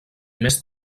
més